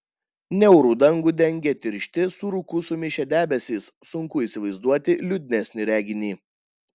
niaurų dangų dengė tiršti su rūku sumišę debesys sunku įsivaizduoti liūdnesnį reginį